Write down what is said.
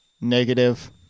Negative